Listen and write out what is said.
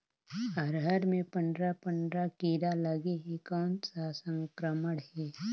अरहर मे पंडरा पंडरा कीरा लगे हे कौन सा संक्रमण हे?